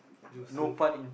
Joseph